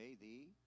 thee